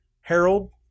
Harold